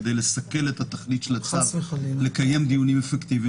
כדי לסכל את התכלית של הצו לקיים דיונים אפקטיביים.